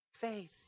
faith